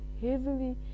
heavily